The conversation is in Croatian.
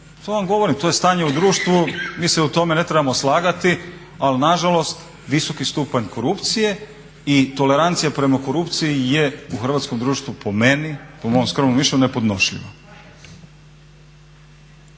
To vam govorim, to je stanje u društvu, mi se o tome ne trebamo slagati ali nažalost visoki stupanj korupcije i tolerancija prema korupciji je u hrvatskom društvu po meni, po mom skromnom mišljenju nepodnošljiva.